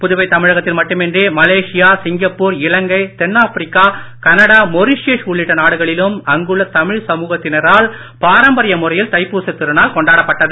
புதுவை தமிழகத்தில் மட்டுமின்றி Malaysia Singapore Ilangai தென்ஆப்பிரிக்கா கனடா மொரிஷியஸ் உள்ளிட்ட நாடுகளிலும் அங்குள்ள தமிழ் சமூகத்தினரால் பராம்பரிய முறையில் தைப்பூசத் திருநாள் கொண்டாடப்பட்டது